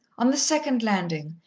on the second landing,